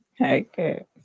Okay